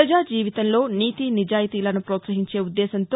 ప్రజా జీవితంలో నీతి నిజాయితీలను పోత్సహించే ఉద్దేశంతో